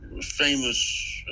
famous